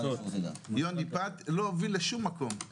דיון נפרד, לא יוביל לשום מקום.